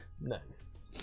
Nice